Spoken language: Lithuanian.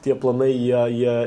tie planai jie jie